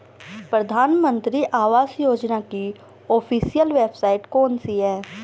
प्रधानमंत्री आवास योजना की ऑफिशियल वेबसाइट कौन सी है?